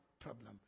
problem